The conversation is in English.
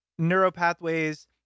neuropathways